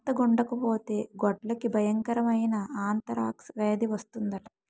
జార్తగుండకపోతే గొడ్లకి బయంకరమైన ఆంతరాక్స్ వేది వస్తందట